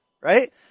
right